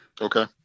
Okay